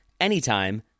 anytime